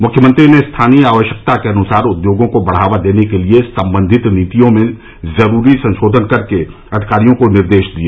मुख्यमंत्री ने स्थानीय आवश्यकता के अनुसार उद्योगों को बढ़ावा देने के लिए सम्बंधित नीतियों में जरूरी संशोधन करने के अधिकारियों को निर्देश दिए